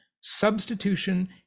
substitution